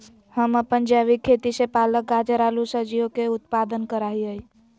हम अपन जैविक खेती से पालक, गाजर, आलू सजियों के उत्पादन करा हियई